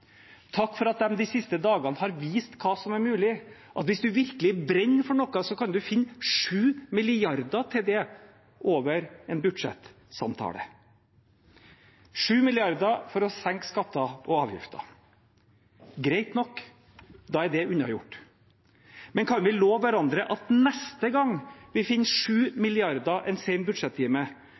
takk for at de de siste dagene har vist hva som er mulig. Hvis man virkelig brenner for noe, kan man finne 7 mrd. kr til det over en budsjettsamtale –7 mrd. kr for å senke skatter og avgifter. Greit nok, da er det unnagjort. Men kan vi love hverandre at neste gang vi finner 7 mrd. kr en sen budsjettime,